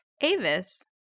Avis